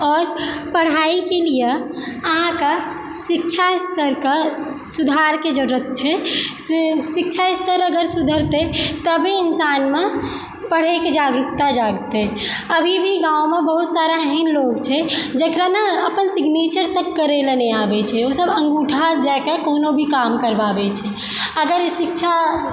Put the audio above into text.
आओर पढ़ाइके लिये अहाँके शिक्षा स्तरके सुधारके जरूरत छै से शिक्षा स्तर अगर सुधरतइ तभी इन्सानमे पढ़यके जागरूकता जागतइ अभी भी गाँवमे बहुत सारा एहन लोक छै जकराने अपन सिग्नेचर तक करय लए नहि आबय छै ओसब अँगूठा दएके कोनो भी काम करबाबय छै अगर शिक्षा